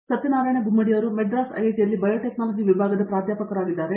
ಸತ್ಯನಾರಾಯಣ ಗುಮ್ಮಡಿಯವರು ಮದ್ರಾಸ್ ಐಐಟಿಯಲ್ಲಿ ಬಯೋಟೆಕ್ನಾಲಜಿ ವಿಭಾಗದ ಪ್ರಾಧ್ಯಾಪಕರಾಗಿದ್ದಾರೆ